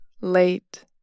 late